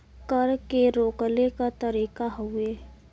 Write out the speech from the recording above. कर के रोकले क तरीका हउवे